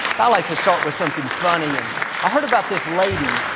i like to start with something funny, and i heard about this lady,